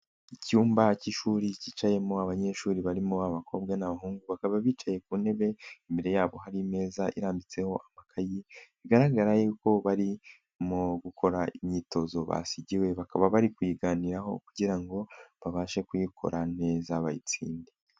Icyumba cy'ishuri cyicayemo abanyeshuri barimo abakobwa n'abahungu bakaba bicaye ku ntebe imbere yabo hari meza irambitseko amakayi bakagaragara y'uko bari mu gukora imyitozo basigiwe bakaba bari kuyiganiraho kugira ngo babashe kuyikora neza bayitsinde.